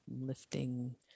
lifting